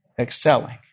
excelling